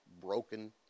broken